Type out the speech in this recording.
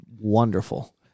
wonderful